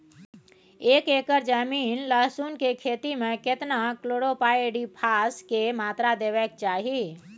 एक एकर जमीन लहसुन के खेती मे केतना कलोरोपाईरिफास के मात्रा देबै के चाही?